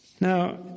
Now